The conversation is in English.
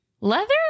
Leather